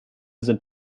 sind